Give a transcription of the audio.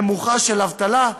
נמוכה של אבטלה,